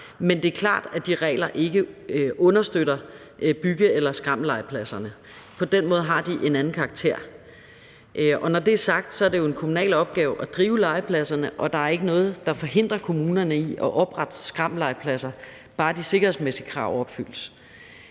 men det er klart, at de regler ikke understøtter bygge- eller skrammellegepladserne. På den måde har de en anden karakter. Når det er sagt, er det jo en kommunal opgave at drive legepladserne, og der er ikke noget, der forhindrer kommunerne i at oprette skrammellegepladser, bare de sikkerhedsmæssige krav opfyldes.